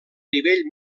nivell